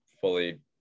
fully